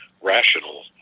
rational